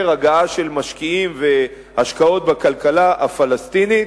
הגעה של משקיעים והשקעות בכלכלה הפלסטינית,